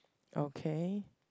okay